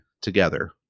together